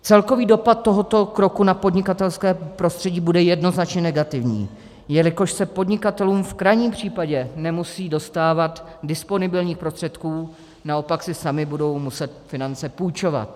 Celkový dopad tohoto kroku na podnikatelské prostředí bude jednoznačně negativní, jelikož se podnikatelům v krajním případě nemusí dostávat disponibilních prostředků, naopak si sami budou muset finance půjčovat.